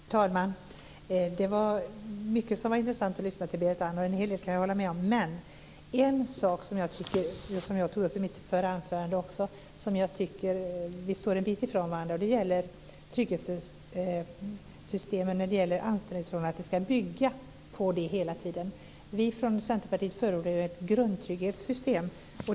Fru talman! Det var mycket som var intressant i det Berit Andnor sade. Jag kan hålla med om en hel del. Men i en sak, som jag tog upp också i mitt förra anförande, står vi en bit ifrån varandra. Det gäller att trygghetssystemen hela tiden ska bygga på anställningsförhållande. Vi från Centerpartiet förordar ett grundtrygghetssystem.